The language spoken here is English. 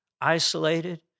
isolated